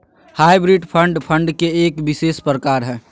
hybrid fund, fund के एक विशेष प्रकार हय